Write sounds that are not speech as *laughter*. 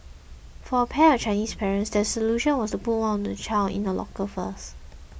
for a pair of Chinese parents their solution was to put one *unintelligible* child in a locker first